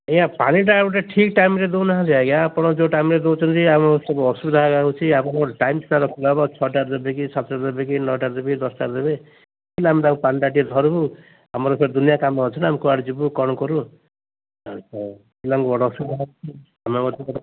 ଆଜ୍ଞା ପାଣିଟା ଗୋଟେ ଠିକ୍ ଟାଇମରେ ଦେଉନାହାନ୍ତି ଆଜ୍ଞା ଆପଣ ଯୋଉ ଟାଇମରେ ଦେଉଛନ୍ତି ଆମ ସବୁ ଅସୁବିଧା ହେଉଛି ଆପଣଙ୍କ ଟାଇମ ତାର ହେବ ଛଅଟାରେ ଦେବେକି ସାତଟାରେ ଦେବେକି ନଅଟା ଦେବବେ ଦଶଟାରେ ଦେବେ ହେଲେ ଆମେ ତାକୁ ପାଣିଟା ଟିକେ ଧରିବୁ ଆମର ଏ ଦୁନିଆ କାମ ଅଛି ନା ଆମେ କୁଆଡ଼େ ଯିବୁ କ'ଣ କରିବୁ ହୋଙ୍କୁ ବଡ଼ ଅସୁବିଧା ହେଉଛି ଆମକୁ